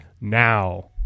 now